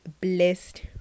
blessed